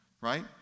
right